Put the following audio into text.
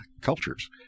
cultures